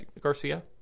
garcia